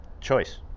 choice